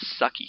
sucky